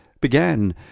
began